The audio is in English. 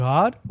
God